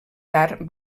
tard